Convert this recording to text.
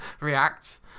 react